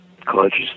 conscious